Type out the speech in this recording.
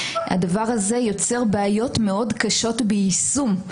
הדבר הזה יוצר בעיות מאוד קשות ביישום,